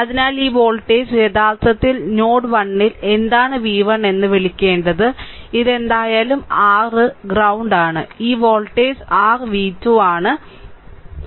അതിനാൽ ഈ വോൾട്ടേജ് യഥാർത്ഥത്തിൽ നോഡ് 1 ൽ എന്താണ് വി 1 എന്ന് വിളിക്കേണ്ടത് ഇത് എന്തായാലും r നിലമാണ് ഈ വോൾട്ടേജ് r v2 ആണ് ഇത് r v2 ആണ്